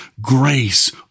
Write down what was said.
grace